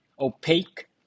opaque